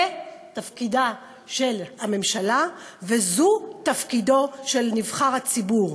זה תפקידה של הממשלה וזה תפקידו של נבחר הציבור.